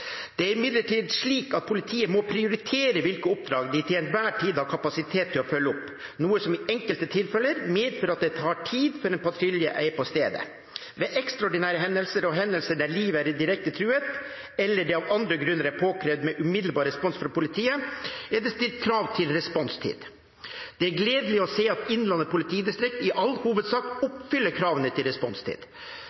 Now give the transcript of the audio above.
Det er imidlertid slik at politiet må prioritere hvilke oppdrag de til enhver tid har kapasitet til å følge opp, noe som i enkelte tilfeller medfører at det tar tid før en patrulje er på stedet. Ved ekstraordinære hendelser og hendelser der liv er direkte truet, eller der det av andre grunner er påkrevd med umiddelbar respons fra politiet, er det stilt krav til responstid. Det er gledelig å se at Innlandet politidistrikt i all hovedsak